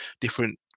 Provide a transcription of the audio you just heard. different